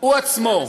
הוא עצמו,